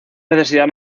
necesidad